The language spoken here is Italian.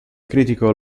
critico